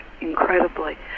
incredibly